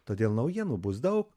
todėl naujienų bus daug